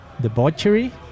debauchery